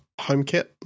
HomeKit